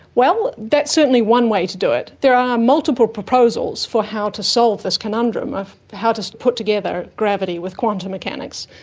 well, that's certainly one way to do it. there are multiple proposals for how to solve this conundrum of how to put together gravity with quantum mechanics.